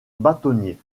bâtonnier